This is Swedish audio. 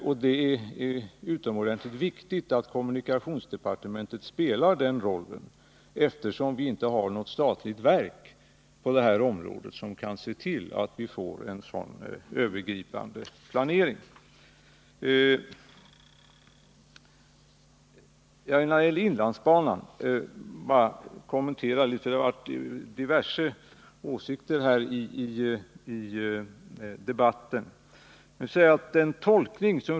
Och eftersom vi på detta område inte har något statligt verk som kan se till att vi får en sådan övergripande planering är det utomordentligt viktigt att kommunikationsdepartementet spelar den rollen. När det gäller inlandsbanan vill jag bara göra några kommentarer.